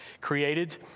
created